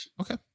okay